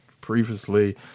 previously